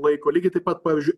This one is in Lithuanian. laiko lygiai taip pat pavyzdžiui